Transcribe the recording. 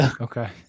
okay